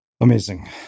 Amazing